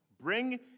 Bring